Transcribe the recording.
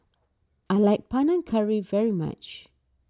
I like Panang Curry very much